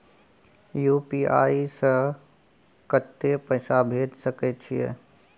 UPI से कत्ते पैसा भेज सके छियै?